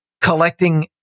collecting